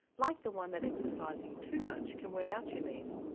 like the one that exercising too much can wear out your knees,